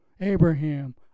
Abraham